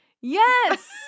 Yes